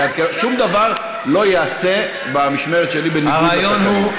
שום דבר לא ייעשה במשמרת שלי בניגוד לתקנון.